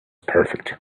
perfect